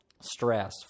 stress